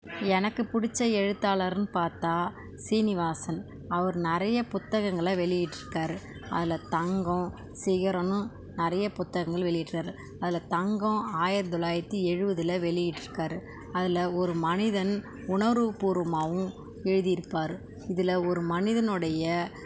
எனக்குப் பிடிச்ச எழுத்தாளர்னு பார்த்தா சீனிவாசன் அவர் நிறைய புத்தகங்களை வெளியிட்டுருக்காரு அதில் தங்கம் சிகரன்னு நிறைய புத்தகங்களை வெளியிட்டார் அதில் தங்கம் ஆயிரத் தொள்ளாயிரத்தி எழுபதுல வெளியிட்டுருக்காரு அதில் ஒரு மனிதன் உணர்வுப்பூர்வமாகவும் எழுதியிருப்பாரு இதில் ஒரு மனிதனுடைய